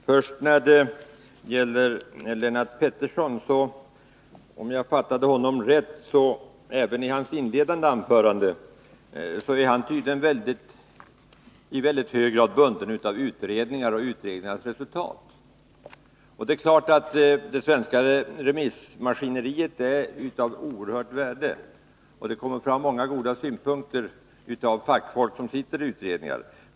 Fru talman! Lennart Pettersson, om jag fattade honom rätt, är tydligen — och var det även i sitt inledande anförande — i mycket hög grad bunden av utredningar och utredningars resultat. Det är klart att det svenska remissmaskineriet är av mycket stort värde och att det kommer fram många goda synpunkter från fackfolk som sitter i utredningar.